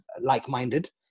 like-minded